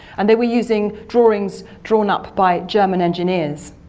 and they were using drawings drawn up by german engineers.